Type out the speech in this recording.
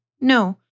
No